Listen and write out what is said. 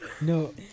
No